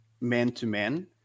man-to-man